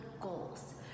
goals